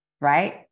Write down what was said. right